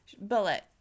bullet